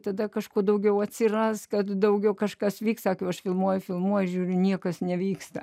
tada kažko daugiau atsiras kad daugiau kažkas vyks sakau aš filmuoju filmuoju žiūriu niekas nevyksta